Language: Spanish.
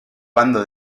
bando